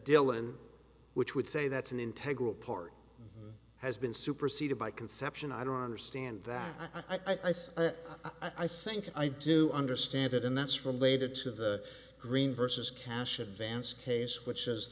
dylan which would say that's an integrity part has been superseded by conception i don't understand that i think i think i do understand it and that's from plaited to the green versus cash advance case which is